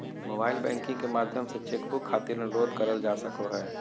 mobile banking के माध्यम से चेक बुक खातिर अनुरोध करल जा सको हय